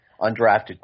undrafted